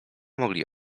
mogli